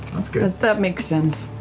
guess that makes sense.